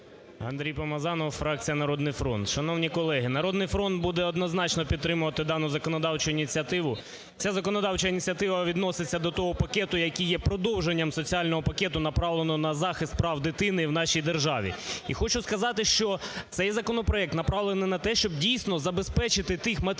Андрій Помазанов, фракція "Народний фронт". Шановні колеги, "Народний фронт" буде однозначно підтримувати дану законодавчу ініціативу. Ця законодавча ініціатива відноситься до того пакету, який є продовженням соціального пакету, направленого на захист прав дитини в нашій державі. І хочу сказати, що цей законопроект направлений на те, щоб дійсно забезпечити тих матерів,